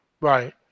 Right